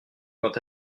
quant